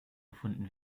gefunden